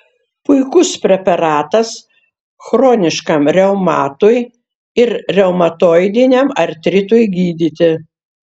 puikus preparatas chroniškam reumatui ir reumatoidiniam artritui gydyti